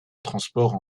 transports